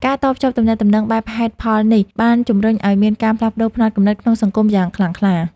ការតភ្ជាប់ទំនាក់ទំនងបែបហេតុផលនេះ បានជំរុញឱ្យមានការផ្លាស់ប្តូរផ្នត់គំនិតក្នុងសង្គមយ៉ាងខ្លាំងក្លា។